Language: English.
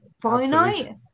finite